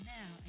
now